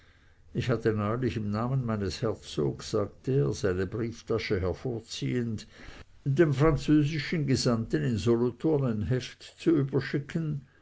ich hatte neulich im namen meines herzogs sagte er seine brieftasche hervorziehend dem französischen gesandten in solothurn ein heft zu überschicken